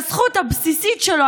שהזכות הבסיסית שלו,